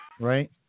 right